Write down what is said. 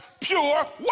pure